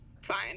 Fine